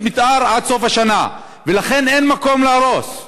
מתאר עד סוף השנה ולכן אין מקום להרוס אותם,